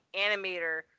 animator